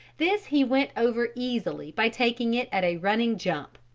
this he went over easily by taking it at a running jump.